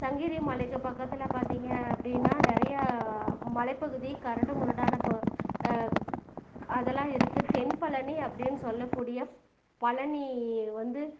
சங்ககிரி மலைக்கு பக்கத்தில் பார்த்திங்க அப்படினா நிறையா மலைப்பகுதி கரடு முரடான ப அதெல்லாம் இருக்கு தென்பழனி அப்படின் சொல்லக்கூடிய பழனி வந்து